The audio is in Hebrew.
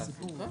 תעסוקה.